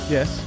Yes